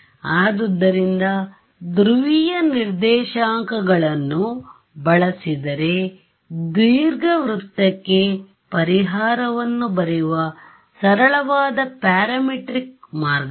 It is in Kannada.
ಆದ್ದರಿಂದ ಧ್ರುವೀಯ ನಿರ್ದೇಶಾಂಕಗಳನ್ನು ಬಳಸಿದರೆ ದೀರ್ಘವೃತ್ತಕ್ಕೆ ಪರಿಹಾರವನ್ನು ಬರೆಯುವ ಸರಳವಾದ ಪ್ಯಾರಾಮೀಟ್ರಿಕ್ ಮಾರ್ಗವಿದೆ